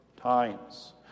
times